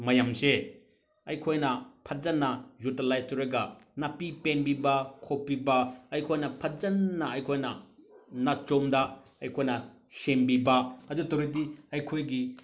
ꯃꯌꯥꯝꯁꯦ ꯑꯩꯈꯣꯏꯅ ꯐꯖꯅ ꯌꯨꯇꯤꯂꯥꯏꯖ ꯇꯧꯔꯒ ꯅꯥꯄꯤ ꯄꯦꯡꯕꯤꯕ ꯈꯣꯛꯄꯤꯕ ꯑꯩꯈꯣꯏꯅ ꯐꯖꯅ ꯑꯩꯈꯣꯏꯅ ꯅꯥꯆꯣꯝꯗ ꯑꯩꯈꯣꯏꯅ ꯁꯦꯝꯕꯤꯕ ꯑꯗꯨ ꯇꯧꯔꯗꯤ ꯑꯩꯈꯣꯏꯒꯤ